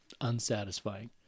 unsatisfying